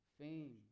fame